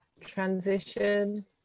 transition